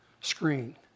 screen